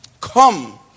come